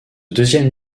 deuxième